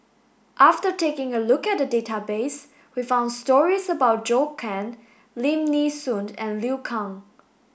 after taking a look at the database we found stories about Zhou Can Lim Nee Soon and Liu Kang